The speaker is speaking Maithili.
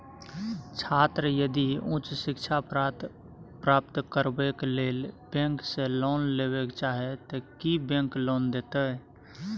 छात्र यदि उच्च शिक्षा प्राप्त करबैक लेल बैंक से लोन लेबे चाहे ते की बैंक लोन देतै?